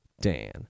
Dan